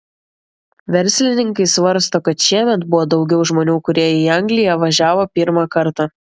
verslininkai svarsto kad šiemet buvo daugiau žmonių kurie į angliją važiavo pirmą kartą